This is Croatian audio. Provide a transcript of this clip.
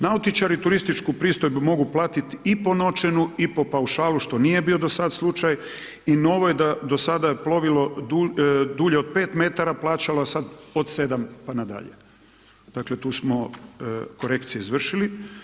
Nautičari turističku pristojbu mogu platiti, i po noćenju, i po paušalu što nije do sad bio slučaj, i novo je da do sada je plovilo dulje od 5 metara plaćalo, a sad od 7 pa nadalje, dakle tu smo korekcije izvršili.